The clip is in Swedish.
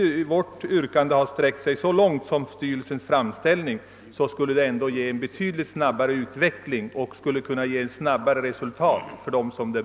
Även om vårt yrkande inte sträcker sig så långt som styrelsens framställning, skulle det ändå leda till en betydligt snabbare utveckling och till snabbare resultat för dem som berörs.